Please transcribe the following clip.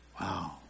Wow